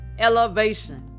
elevation